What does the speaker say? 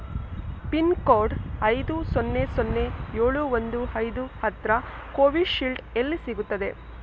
pin code ಐದು ಸೊನ್ನೆ ಸೊನ್ನೆ ಏಳು ಒಂದು ಐದು ಹತ್ತಿರ ಕೋವಿಶೀಲ್ಡ್ ಎಲ್ಲಿ ಸಿಗುತ್ತದೆ